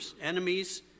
enemies